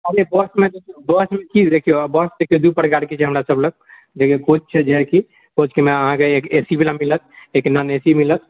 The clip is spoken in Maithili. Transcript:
अभी बसमे देखिऔ बसमे की होइत छै देखिऔ बस देखिऔ दू प्रकारके छै हमरा सब लग जाहिमे कोच छै जेकि कोचमे अहाँकेँ एक एसी वला मिलत एक नॉन एसी मिलत